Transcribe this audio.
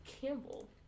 Campbell